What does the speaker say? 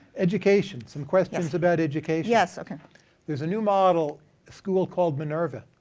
education, some questions about education. yeah so kind of there's a new model school called minerva,